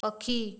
ପକ୍ଷୀ